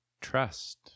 Trust